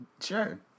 Sure